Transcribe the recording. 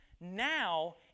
now